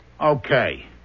Okay